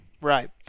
Right